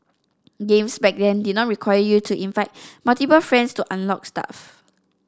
games back then did not require you to invite multiple friends to unlock stuff